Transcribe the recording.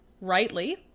rightly